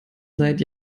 seit